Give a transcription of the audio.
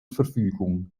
verfügung